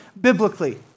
biblically